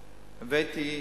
הבאתי